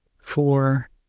four